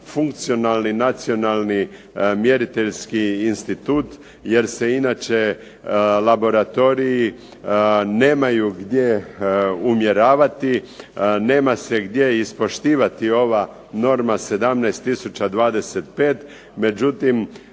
funkcionalni, Nacionalni mjeriteljski institut jer se inače laboratoriji nemaju gdje umjeravati. Nema se gdje ispoštivati ova norma 17 025. Međutim,